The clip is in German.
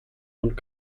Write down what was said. und